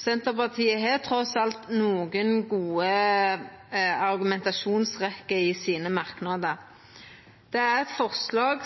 Senterpartiet har trass alt nokre gode argumentasjonsrekkjer i merknadene sine. Det er eit forslag